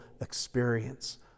experience